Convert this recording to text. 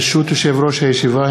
ברשות יושב-ראש הישיבה,